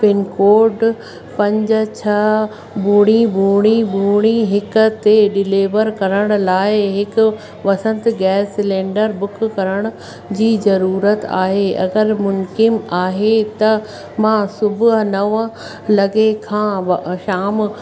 pin code पंज छह ॿुड़ी ॿुड़ी ॿुड़ी हिक ते डिलेवर करण लाइ हिकु वसंत गैस सिलेंडर बुक करण जी ज़रूरत आहे अगरि मुनिकिम आहे त मां सुबुह नव लॻे खां व शाम